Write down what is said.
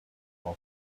work